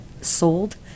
sold